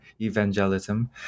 Evangelism